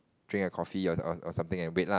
drink a coffee or or something and wait lah